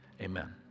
amen